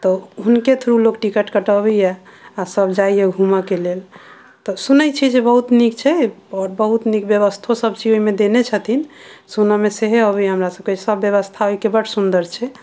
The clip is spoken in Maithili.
तऽ हुनके थ्रू लोक टिकट कटऽबै यऽ आ सब जाय यऽ घूमऽ के लेल तऽ सुनै छियै जे बहुत नीक छै आओर बहुत नीक व्यवस्थो सब छै ओहिमे देने छथिन सुनऽ मे सेहे अबैया हमरा सबके सब व्यवस्था ओहिके बड्ड सुन्दर छै